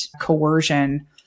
coercion